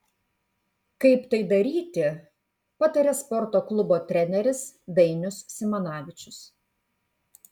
kaip tai daryti pataria sporto klubo treneris dainius simanavičius